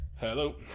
Hello